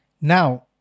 Now